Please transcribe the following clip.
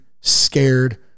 scared